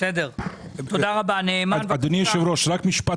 בזמן קצר